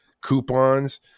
coupons